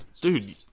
Dude